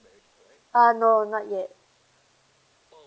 uh no not yet